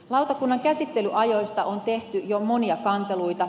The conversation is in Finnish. lautakunnan käsittelyajoista on tehty jo monia kanteluita